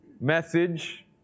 message